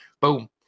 Boom